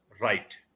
right